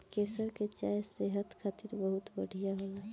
केसर के चाय सेहत खातिर बहुते बढ़िया होला